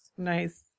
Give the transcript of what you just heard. Nice